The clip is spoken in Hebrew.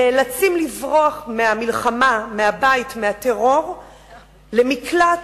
נאלצים לברוח מהמלחמה, מהבית, מהטרור, למקלט,